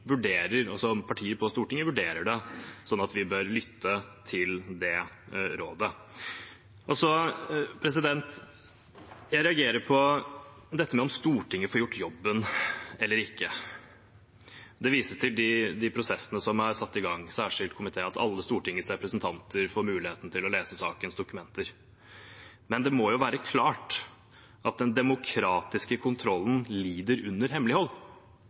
bør lytte til de rådene. Jeg reagerer på det om Stortinget får gjøre jobben eller ikke. Det vises til de prosessene som er satt i gang, den særskilt komité, at alle Stortingets representanter får muligheten til å lese sakens dokumenter. Men det må jo være klart at den demokratiske kontrollen lider under hemmelighold.